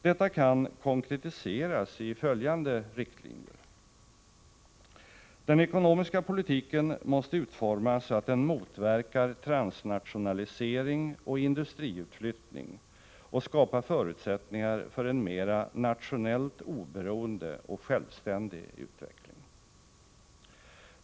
Detta kan konkretiseras i följande riktlinjer: Den ekonomiska politiken måste utformas så, att den motverkar transnationalisering och industriutflyttning och skapar förutsättningar för en mera nationellt oberoende och självständig utveckling.